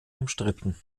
umstritten